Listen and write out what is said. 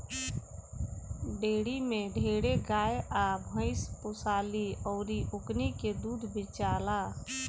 dairy में ढेरे गाय आ भइस पोसाली अउर ओकनी के दूध बेचाला